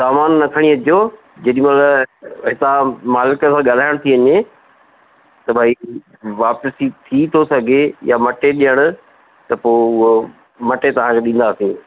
सामानु न खणी अचिजो जेॾी महिल हितां मालिक सां ॻाल्हाइण थी वञे त भाई वापसी थी थो सघे या मटे ॼण त पोइ उहो मटे तव्हांखे ॾींदासीं